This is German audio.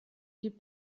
gibt